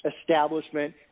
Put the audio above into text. establishment